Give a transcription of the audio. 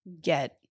Get